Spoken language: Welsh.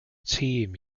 tîm